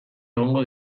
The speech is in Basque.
egongo